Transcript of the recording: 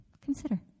consider